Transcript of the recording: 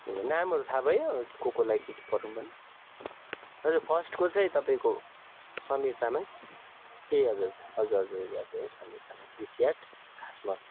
नामहरू थाहा भयो को कोलाई के के पठाउनु पर्ने हजुर यो फर्स्टको चाहिं तपाईँको समीर तामाङ ए हजुर हजुर हजुर हजुर याद भयो है समीर तामाङ ऋषिहाट खासमल